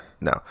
no